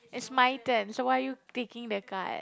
it's my turn so why are you taking the card